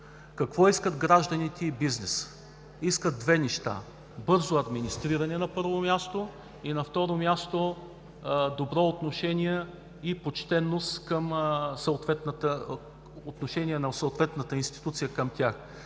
Какво искат гражданите и бизнесът? Искат две неща: бързо администриране, на първо място, и, на второ място, добро отношение и почтеност на съответната институция към тях.